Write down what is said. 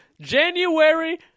January